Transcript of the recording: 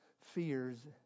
fears